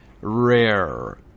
rare